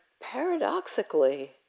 paradoxically